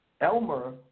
Elmer